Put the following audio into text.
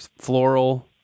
floral